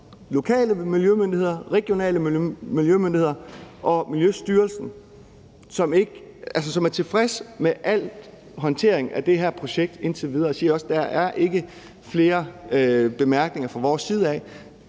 lokale miljømyndigheder, regionale miljømyndigheder og Miljøstyrelsen er tilfredse med al håndtering af det her projekt indtil videre og siger, at der ikke er flere bemærkninger fra deres side.